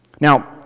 Now